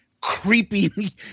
Creepy